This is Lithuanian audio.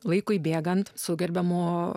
laikui bėgant su gerbiamu